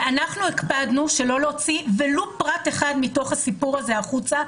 ואנחנו הקפדנו שלא להוציא ולו פרט אחד מתוך הסיפור הזה החוצה,